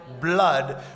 blood